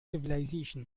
civilisation